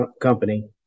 company